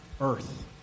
earth